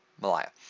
Malaya